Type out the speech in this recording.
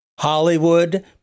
Hollywood